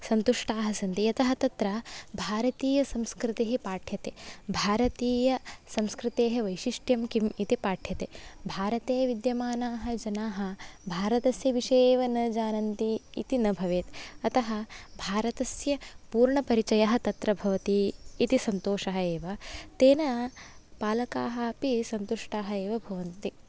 सन्तुष्टाः सन्ति यतः तत्र भारतीयसंस्कृतिः पाठ्यते भारतीयसंस्कृतेः वैशिष्ट्यं किं इति पाठ्यते भारते विद्यमानाः जनाः भारतस्य विषये एव न जानन्ति इति न भवेत् अतः भारतस्य पूर्णपरिचयः तत्र भवति इति सन्तोषः एव तेन पालकाः अपि सन्तुष्टाः एव भवन्ति